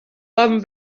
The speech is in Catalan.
van